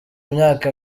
imyaka